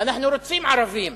אנחנו רוצים ערבים.